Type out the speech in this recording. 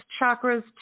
chakras